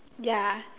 ya